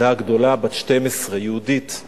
הילדה הגדולה בת 12, יהודית,